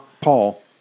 Paul